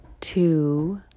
two